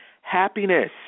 happiness